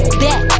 back